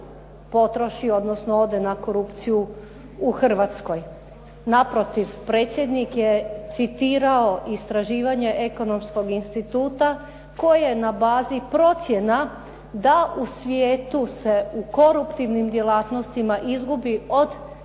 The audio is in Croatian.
potroši, odnosno ode na korupciju u Hrvatskoj. Naprotiv predsjednik je citirao istraživanje Ekonomskog instituta koje je na bazi procjena da u svijetu se u koruptivnim djelatnostima izgubi od